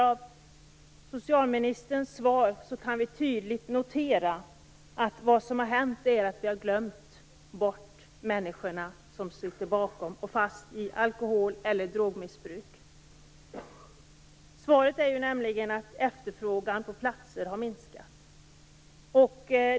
Av socialministerns svar kan vi tydligt notera att vad som hänt är att vi glömt bort människor som sitter fast i ett alkohol eller drogmissbruk. Svaret är nämligen att efterfrågan på platser har minskat.